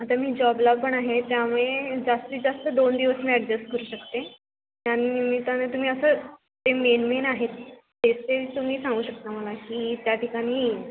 आता मी जॉबला पण आहे त्यामुळे जास्तीत जास्त दोन दिवस मी ॲडजेस्ट करू शकते त्यानिमित्तान तुम्ही असं ते मेन मेन आहेत ते ते तुम्ही सांगू शकता मला की त्या ठिकाणी